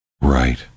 right